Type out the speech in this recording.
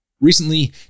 Recently